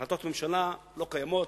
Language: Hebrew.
החלטות ממשלה לא קיימות,